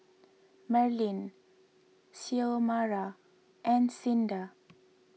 Merlyn Xiomara and Cinda